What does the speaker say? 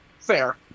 Fair